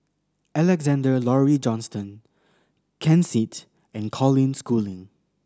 Alexander Laurie Johnston Ken Seet and Colin Schooling